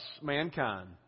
mankind